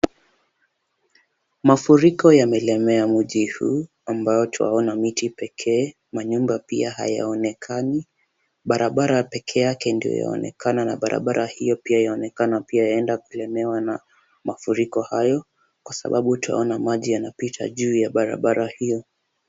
Mafuriko yamelemea mji huu ambao twaona miti pekee, manyumba pia hayaonekani. Barabara pekee yake ndio yaonekana na barabara hiyo pia yaonekana pia yaenda kulemewa na mafuriko hayo kwa sababu twaona maji yanapita juu ya barabara hiyo.